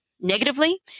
negatively